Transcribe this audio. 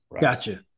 Gotcha